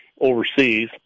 overseas